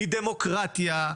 סליחה,